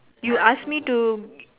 you ask me to